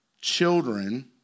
children